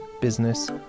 business